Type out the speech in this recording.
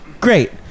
great